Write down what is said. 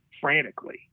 frantically